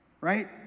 right